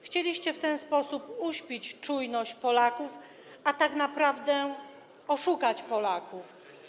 Chcieliście w ten sposób uśpić czujność Polaków, a tak naprawdę oszukać Polaków.